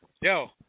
Yo